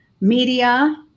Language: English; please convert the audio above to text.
media